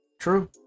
True